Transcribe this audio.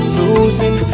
losing